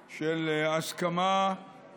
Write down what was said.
לא על אמבולנס, לא על העברות.